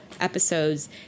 episodes